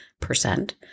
percent